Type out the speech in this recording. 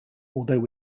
although